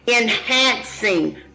enhancing